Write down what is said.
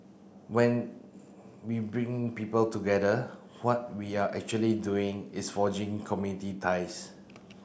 when we bring people together what we are actually doing is forging community ties